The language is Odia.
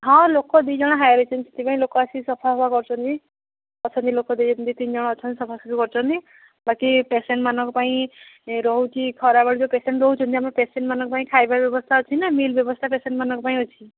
ହଁ ଲୋକ ଦୁଇଜଣ ହାୟାର୍ ହେଇଛନ୍ତି ସେଥିପାଇଁ ଲୋକ ଆସିକି ସଫା ଫପା କରୁଛନ୍ତି ଅଛନ୍ତି ଲୋକ ଦୁଇ ତିନିଜଣ ଅଛନ୍ତି ସଫାସୁଫି କରୁଛନ୍ତି ବାକି ପେସେଣ୍ଟ୍ମାନଙ୍କ ପାଇଁ ରହୁଛି ଖରାବେଳେ ଯେଉଁ ପେସେଣ୍ଟ୍ ରହୁଛନ୍ତି ଆମ ପେସେଣ୍ଟ୍ମାନଙ୍କ ପାଇଁ ଖାଇବା ବ୍ୟବସ୍ଥା ଅଛି ନା ମିଲ୍ ବ୍ୟବସ୍ଥା ପେସେଣ୍ଟ୍ମାନଙ୍କ ପାଇଁ ଅଛି